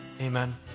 Amen